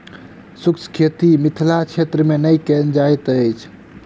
शुष्क खेती मिथिला क्षेत्र मे नै कयल जाइत अछि